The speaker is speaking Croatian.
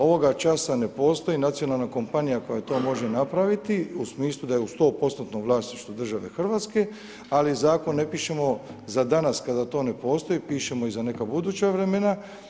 Ovoga časa ne postoji nacionalan kompanija, koja to može napraviti, u smislu da je u 100% vlasništvu države Hrvatske, ali zakon ne pišemo za danas kada to ne postoji, pišemo i za neka buduća vremena.